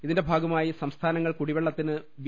ഇതിന്റെ ഭാഗമായി സംസ്ഥാനങ്ങൾ കുടിവെള്ളത്തിന് ബി